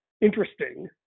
interesting